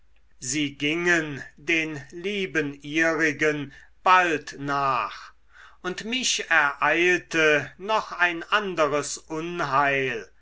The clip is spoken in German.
sie gingen den lieben ihrigen bald nach und mich ereilte noch ein anderes unheil